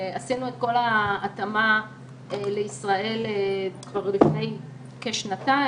עשינו את כל ההתאמה לישראל כבר לפני כשנתיים,